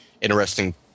interesting